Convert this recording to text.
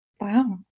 Wow